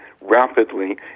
rapidly